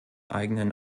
eigenen